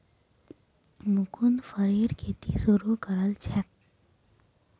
मुकुन्द फरेर खेती शुरू करल छेक